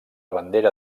bandera